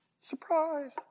Surprise